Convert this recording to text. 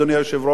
אין פתרון.